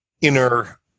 inner